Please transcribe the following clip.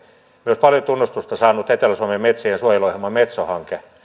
myös paljon tunnustusta saanut etelä suomen metsiensuojeluohjelma metso hanke